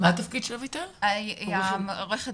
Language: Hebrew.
אביטל היא היועצת